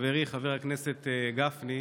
חברי חבר הכנסת גפני,